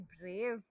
brave